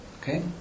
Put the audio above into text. Okay